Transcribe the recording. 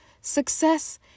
success